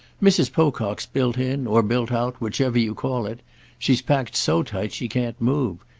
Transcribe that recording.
mrs. pocock's built in, or built out whichever you call it she's packed so tight she can't move.